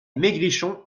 maigrichon